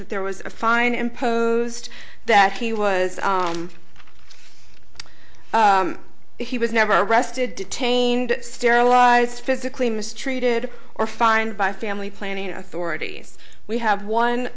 that there was a fine imposed that he was he was never arrested detained sterilise physically mistreated or fined by family planning authorities we have one